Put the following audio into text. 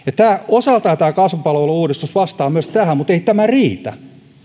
osaltaan tämä kasvupalvelu uudistus vastaa myös tähän mutta ei tämä riitä